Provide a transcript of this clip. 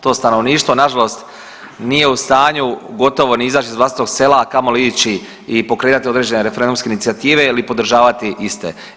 To stanovništvo nažalost nije u stanju gotovo ni izaći iz vlastitog sela, a kamoli ići i pokretati određene referendumske inicijative ili podržavati iste.